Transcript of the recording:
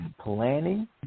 planning